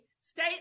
state